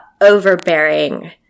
overbearing